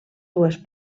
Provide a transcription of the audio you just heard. dues